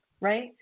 right